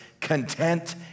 content